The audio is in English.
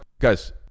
Guys